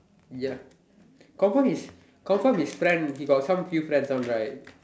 ya confirm is confirm is friend he got some few friends one right